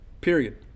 period